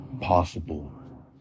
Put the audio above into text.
possible